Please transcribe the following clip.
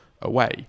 away